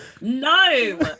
No